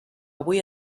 avui